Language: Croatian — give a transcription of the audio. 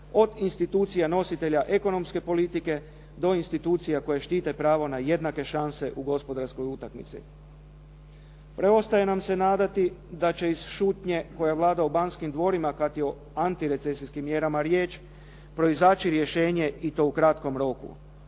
od institucija nositelja ekonomske politike do institucija koje štite pravo na jednake šanse u gospodarskoj utakmici. Preostaje nam se nadati da će iz šutnje koja vlada u Banskim dvorima kad je o antirecesijskim mjerama riječ, proizaći rješenje i to u kratkom roku.